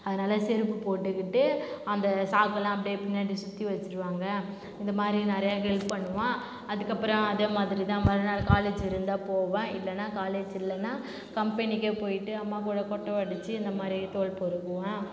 அதனால் செருப்பு போட்டுக்கிட்டு அந்த சாக்கு எல்லாம் அப்படியே பின்னாடி சுற்றி வச்சுருவாங்க இந்த மாதிரி நிறைய ஹெல்ப் பண்ணுவேன் அதுக்கு அப்புறம் அதே மாதிரி தான் மறுநாள் காலேஜ் இருந்தால் போவேன் இல்லைனா காலேஜ் இல்லைனா கம்பெனிக்கே போய்ட்டு அம்மா கூட கொட்டை உடச்சி இந்த மாதிரி தோல் பொறுக்குவேன்